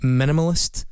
minimalist